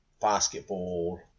basketball